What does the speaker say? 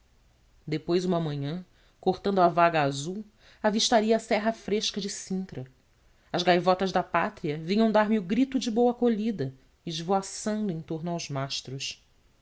consolada depois uma manhã cortando a vaga azul avistaria a serra fresca de sintra as gaivotas da pátria vinham dar-me o grito de boa acolhida esvoaçando em torno aos mastros